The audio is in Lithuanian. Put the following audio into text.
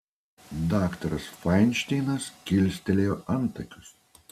daktaras fainšteinas kilstelėjo antakius